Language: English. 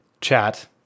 chat